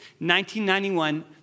1991